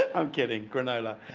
i'm kidding, granola.